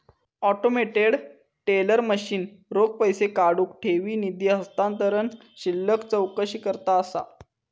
automated teller machine रोख पैसो काढुक, ठेवी, निधी हस्तांतरण, शिल्लक चौकशीकरता असा